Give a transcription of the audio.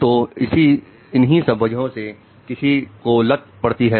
तो इन्हीं सब वजहों से किसी को लत पड़ती है